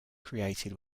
created